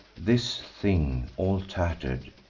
this thing, all tatter'd,